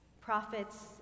prophets